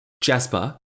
Jasper